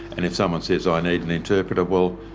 and if someone says i need an interpreter well,